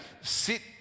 sit